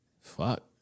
fuck